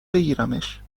بگیرمش